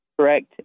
correct